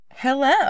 Hello